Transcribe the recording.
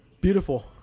Beautiful